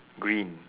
green